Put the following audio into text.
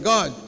God